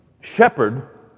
shepherd